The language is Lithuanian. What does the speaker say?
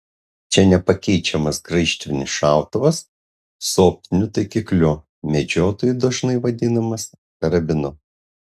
čia nepakeičiamas graižtvinis šautuvas su optiniu taikikliu medžiotojų dažnai vadinamas karabinu